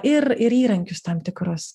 ir ir įrankius tam tikrus